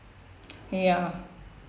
ya